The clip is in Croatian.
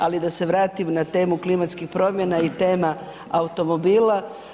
Ali da se vratim na temu klimatskih promjena i tema automobila.